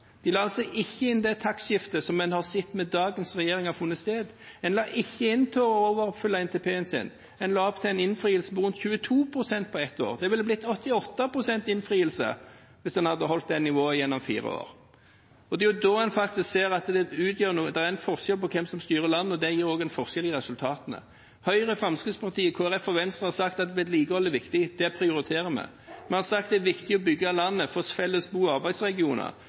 De la ikke inn det taktskiftet som en har sett har funnet sted med dagens regjering. En la ikke opp til å overoppfylle NTP-en sin. En la opp til en innfrielse på rundt 22 pst. på ett år. Det ville bli 88 pst. innfrielse hvis en hadde holdt det nivået gjennom fire år. Det er da en faktisk ser at det utgjør en forskjell hvem som styrer landet. Det gir også en forskjell i resultatene. Høyre, Fremskrittspartiet, Kristelig Folkeparti og Venstre har sagt at vedlikehold er viktig. Det prioriterer vi. Vi har sagt at det er viktig å bygge landet for våre felles bo- og arbeidsregioner.